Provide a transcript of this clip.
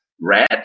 red